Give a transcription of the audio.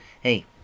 Hey